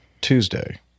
Tuesday